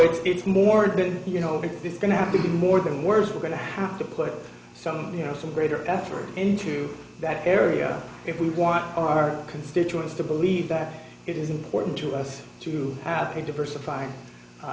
it's it's more than you know it's going to have to be more than words we're going to have to put some you know some greater effort into that area if we want our constituents to believe that it is important to us to have a diversif